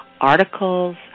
articles